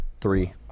Three